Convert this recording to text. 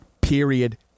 Period